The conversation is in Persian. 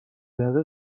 دقیق